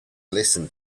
listen